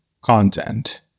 content